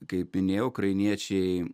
kaip minėjau ukrainiečiai